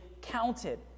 counted